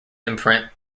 imprint